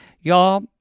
Y'all